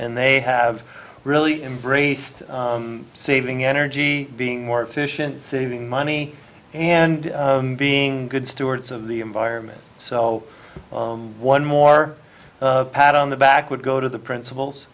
and they have really embraced saving energy being more efficient saving money and being good stewards of the environment so one more pat on the back would go to the principals